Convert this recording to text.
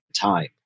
time